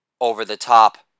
Over-the-top